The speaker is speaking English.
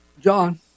John